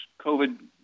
COVID